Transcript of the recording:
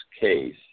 case